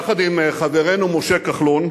יחד עם חברנו משה כחלון,